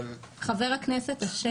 אבל --- חבר הכנסת אשר.